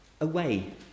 away